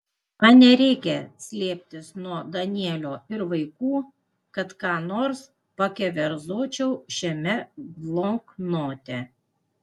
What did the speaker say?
man nereikia slėptis nuo danielio ir vaikų kad ką nors pakeverzočiau šiame bloknote